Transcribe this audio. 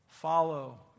Follow